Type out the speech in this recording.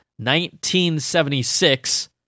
1976